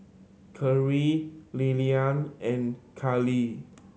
Carri Lilliana and Karlee